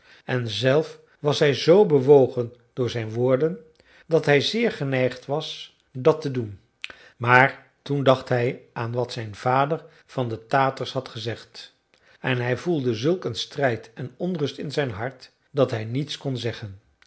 en zelf was hij z bewogen door zijn woorden dat hij zéér geneigd was dat te doen maar toen dacht hij aan wat zijn vader van de taters had gezegd en hij voelde zulk een strijd en onrust in zijn hart dat hij niets kon zeggen